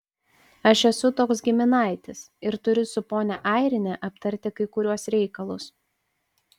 aš esu toks giminaitis ir turiu su ponia airine aptarti kai kuriuos reikalus